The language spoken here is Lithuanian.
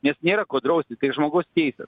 nes nėra ko drausti tai žmogaus teisės